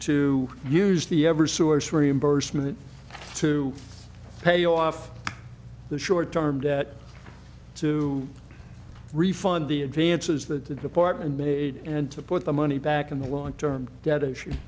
to use the ever source reimbursement to pay off the short term debt to refund the advances that the department made and to put the money back in the long term de